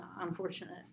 unfortunate